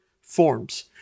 forms